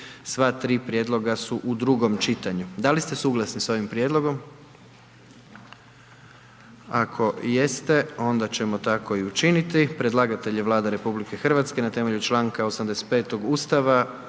Sva tri prijedloga su u drugom čitanju, da li ste suglasni s ovim prijedlogom? Ako jeste onda ćemo tako i učiniti. Predlagatelj je Vlada Republike Hrvatske na temelju članka 85. Ustava